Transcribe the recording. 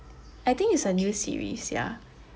okay yeah